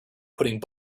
putting